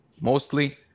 Mostly